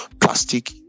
plastic